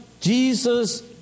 Jesus